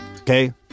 Okay